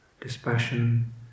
dispassion